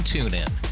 TuneIn